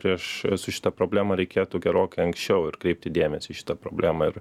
prieš su šita problema reikėtų gerokai anksčiau ir kreipti dėmesį į šitą problemą ir